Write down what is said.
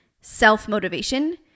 self-motivation